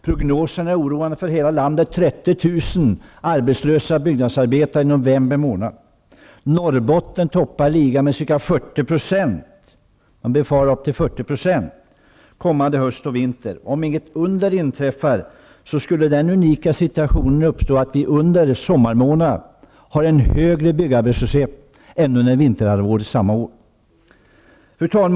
Prognoserna är oroande för hela landet. Det fanns 30 000 Norrbotten toppar ligan. Där befarar man att siffran skall bli ca 40 % kommande höst och vinter. Om inget under inträffar skulle den unika situationen uppstå att vi under sommarmånaderna har en högre byggarbetslöshet än under vinterhalvåret samma år. Fru talman!